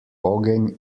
ogenj